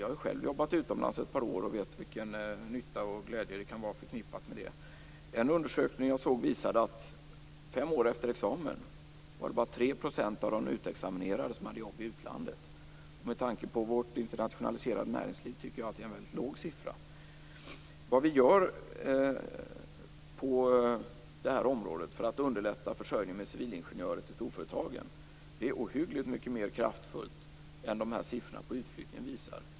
Jag har själv jobbat utomlands ett par år och vet vilken nytta och glädje som kan vara förknippat med det. En undersökning som jag såg visar att fem år efter examen var det bara 3 % av de nyexaminerade som hade jobb i utlandet. Med tanke på vårt internationaliserade näringsliv tycker jag att det är en väldigt låg siffra. Vad vi gör på det här området för att underlätta försörjning med civilingenjörer till storföretagen är ohyggligt mycket mer kraftfullt än vad dessa siffror på utflyttning visar.